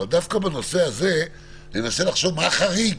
אבל דווקא בנושא הזה, אני מנסה לחשוב מה החריג?